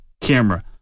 camera